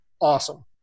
awesome